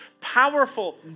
powerful